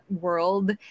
world